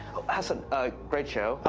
hasan. ah great show.